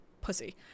pussy